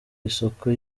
isuku